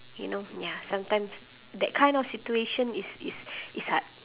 you know ya sometimes that kind of situation is is is hard